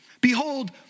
Behold